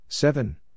Seven